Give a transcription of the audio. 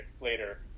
later